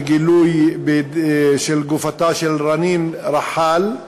בגילוי של גופתה של רנין רחאל,